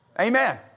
Amen